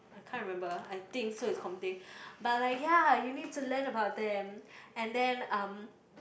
I can't remember I think so is Comte but like ya you need to learn about them and then um